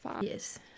Yes